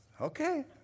Okay